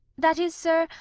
that is, sir,